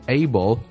able